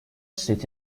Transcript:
sit